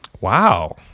Wow